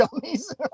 dummies